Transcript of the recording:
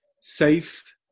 safe